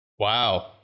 Wow